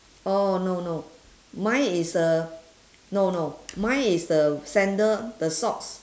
oh no no mine is a no no mine is the sandal the socks